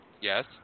Yes